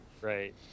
Right